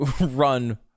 run